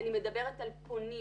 אני מדברת על פונים.